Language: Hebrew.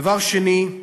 דבר שני,